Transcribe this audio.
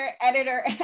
editor